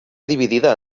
dividida